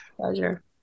Pleasure